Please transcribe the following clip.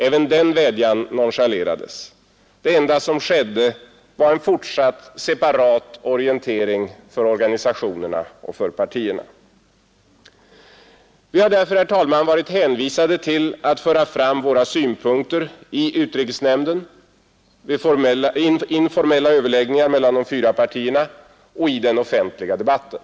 Även denna vädjan nonchalerades — det enda som hände var en fortsatt separat orientering för organisationerna och partierna. Vi har därför varit hänvisade till att föra fram våra synpunkter i Nr 137 utrikesnämnden, vid informella överläggningar mellan de fyra partierna Torsdagen den och i den offentliga debatten.